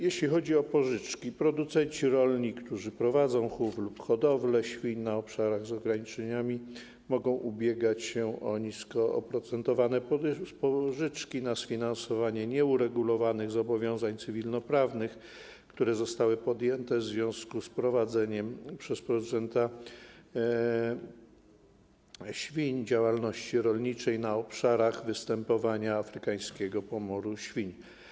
Jeśli chodzi o pożyczki, producenci rolni, którzy prowadzą chów lub hodowlę świń na obszarach objętych ograniczeniami, mogą ubiegać się o niskooprocentowane pożyczki na sfinansowanie nieuregulowanych zobowiązań cywilnoprawnych, które zostały podjęte w związku z prowadzeniem przez producentów świń działalności rolniczej na obszarach występowania afrykańskiego pomoru świń.